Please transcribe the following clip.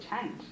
change